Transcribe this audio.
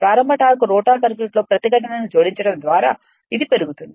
ప్రారంభ torque rotor సర్క్యూట్లో ప్రతిఘటనను జోడించడం ద్వారా ఇది పెరుగుతుంది